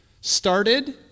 started